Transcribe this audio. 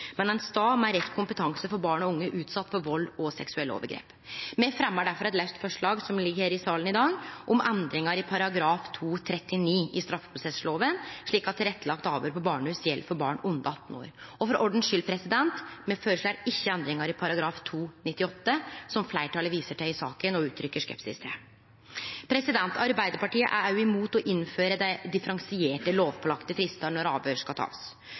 men ein stad med rett kompetanse for barn og unge utsette for vald og seksuelle overgrep. Me fremjar difor eit laust forslag som ligg her i salen i dag, om endringar i § 239 i straffeprosesslova, slik at tilrettelagde avhøyr på barnehus gjeld for barn under 18 år. For ordens skuld: Me føreslår ikkje endringar i § 298, som fleirtalet viser til i saka og uttrykkjer skepsis til. Arbeidarpartiet er også imot å innføre differensierte lovpålagde fristar for når ein skal